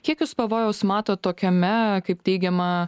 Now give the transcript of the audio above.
kiek jūs pavojaus matot tokiame kaip teigiama